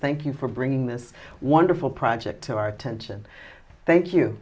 thank you for bringing this wonderful project to our attention thank you